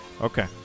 Okay